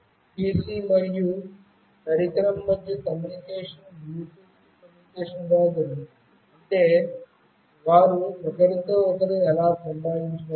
PC మరియు పరికరం మధ్య కమ్యూనికేషన్ బ్లూటూత్ కమ్యూనికేషన్ ద్వారా జరుగుతుంది అంటే వారు ఒకరితో ఒకరు ఎలా సంభాషించుకుంటారు